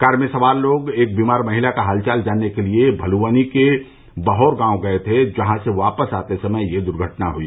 car में सवार लोग एक बीमार महिला का हालचाल जानने के लिए भलुवनी के बहौर गांव गये थे जहां एक वापस आते समय यह दुर्घटना हुई